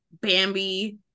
bambi